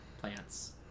plants